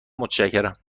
متشکرم